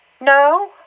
No